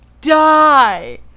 die